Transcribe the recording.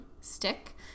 stick